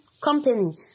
company